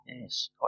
Yes